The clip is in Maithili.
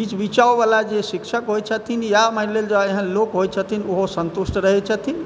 बीच बिचाववला जे शिक्षक होइ छथिन या मानि लेल जाउ एहन लोक होइ छथिन ओहो सन्तुष्ट रहै छथिन